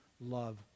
love